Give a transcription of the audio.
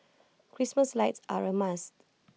Christmas lights are A must